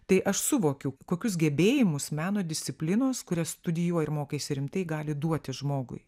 tai aš suvokiu kokius gebėjimus meno disciplinos kurias studijuoji ir mokaisi rimtai gali duoti žmogui